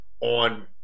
on